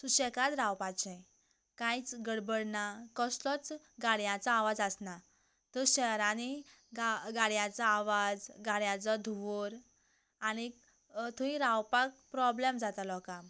सुशेगाद रावपाचें कांयच गडबड ना कसलोच गाडयांचो आवाज आसना तर शहरांनी गाडयांचो आवाज गाडयांचो धुंवर आनी थंय रावपाक प्रोबलम जाता लोकांक